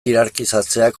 hierarkizatzeak